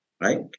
right